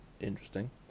interesting